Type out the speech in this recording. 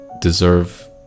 deserve